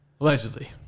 Allegedly